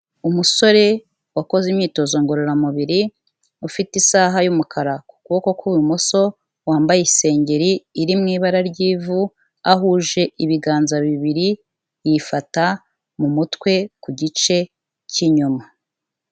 Umusore wakoze imyitozo ngororamubiri ufite isaha y'umukara ku kuboko kw'ibumoso, wambaye isengeri iri mu ibara ry'ivu, ahuje ibiganza bibiri yifata mu mutwe ku gice cy'inyuma.